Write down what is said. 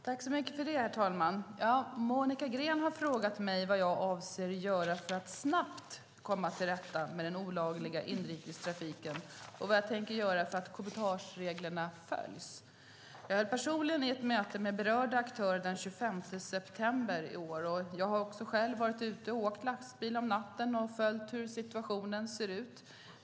Herr talman! Monica Green har frågat mig vad jag avser att göra för att snabbt komma till rätta med den olagliga inrikestrafiken och vad jag tänker göra för att cabotagereglerna ska följas. Jag höll personligen i ett möte med berörda aktörer den 25 september i år. Jag har själv varit ute och åkt lastbil om natten och följt hur situationen ser ut.